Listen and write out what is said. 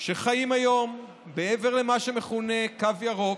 שחיים היום מעבר למה שמכונה קו ירוק.